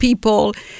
people